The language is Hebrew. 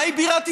מהי בירת ישראל?